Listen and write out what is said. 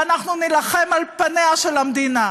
ואנחנו נילחם על פניה של המדינה.